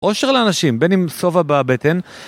אושר לאנשים, בין אם שובע בבטן...